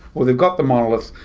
or they've got the monolith,